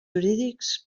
jurídics